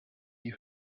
die